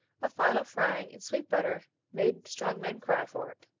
a final frying in sweet butter made strong men cry for it.